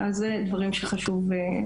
אז אלו דברים שחשוב להזכיר,